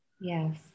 yes